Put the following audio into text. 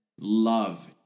Love